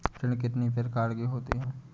ऋण कितनी प्रकार के होते हैं?